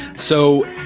so,